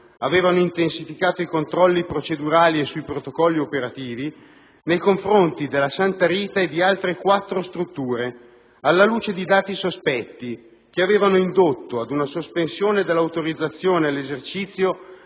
aveva intensificato i controlli procedurali e sui protocolli operativi nei confronti della casa di cura Santa Rita e di altre 4 strutture, alla luce di dati sospetti che avevano indotto ad una sospensione dell'autorizzazione all'esercizio